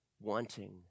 wanting